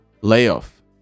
layoff